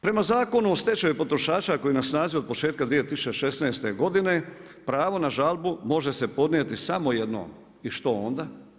Prema Zakonu o stečaju potrošača koji je na snazi od početka 2016. pravo na žalbu može se podnijeti samo jednom, i što onda.